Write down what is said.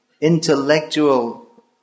intellectual